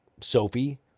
Sophie